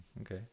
okay